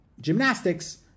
gymnastics